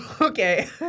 Okay